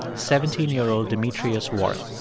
seventeen year old demetrius warren.